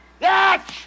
Yes